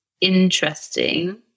interesting